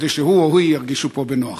כדי שהוא או היא ירגישו פה בנוח.